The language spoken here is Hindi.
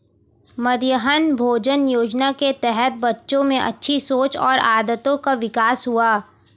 मध्याह्न भोजन योजना के तहत बच्चों में अच्छी सोच और आदतों का विकास हुआ